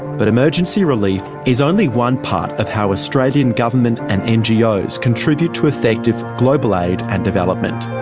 but emergency relief is only one part of how australian government and ngos contribute to effective global aid and development.